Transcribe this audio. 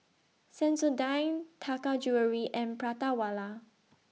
Sensodyne Taka Jewelry and Prata Wala